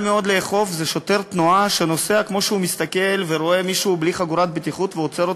יכול לשבת נער מתבגר שפשוט יושב ונחנק מאחור כשמלפנים יושב מבוגר ומעשן.